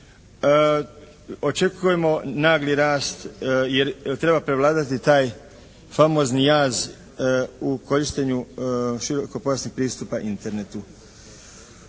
Očekujemo nagli rast jer treba prevladati taj famozni jaz u korištenju širokopojasnih pristupa Internetu.